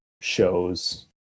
shows